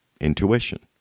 intuition